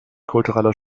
kulturelle